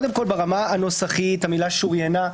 ברמה הנוסחית המילה שוריינה,